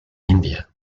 india